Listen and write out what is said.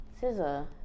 Scissor